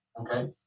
Okay